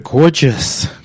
Gorgeous